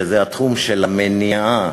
התחום של מניעה,